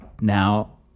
now